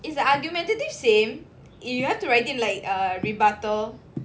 is the argumentative same if you want to write it like a rebuttal